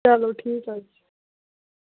چلو ٹھیٖک حظ چھُ